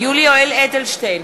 יולי יואל אדלשטיין,